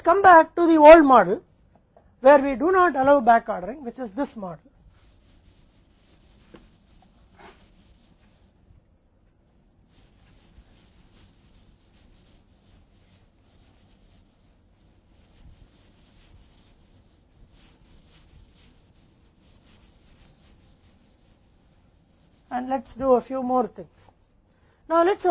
अब हमें पुराने मॉडल पर वापस आते हैं जहां हम बैकऑर्डरिंग की अनुमति नहीं देते हैं जो यह मॉडल है